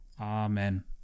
Amen